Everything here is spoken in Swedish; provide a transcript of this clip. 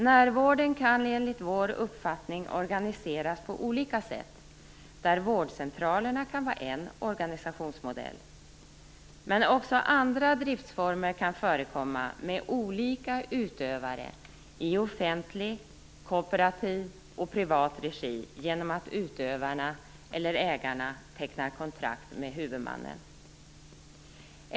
Närvården kan enligt vår uppfattning organiseras på olika sätt. Vårdcentralerna kan vara en organisationsmodell. Men även andra driftsformer kan förekomma med olika utövare i offentlig, kooperativ och privat regi genom att utövarna eller ägarna tecknar kontrakt med huvudmannen.